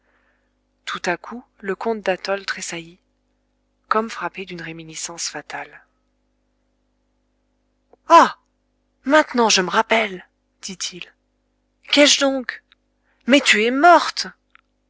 tout à coup le comte d'athol tressaillit comme frappé d'une réminiscence fatale ah maintenant je me rappelle dit-il qu'ai-je donc mais tu es morte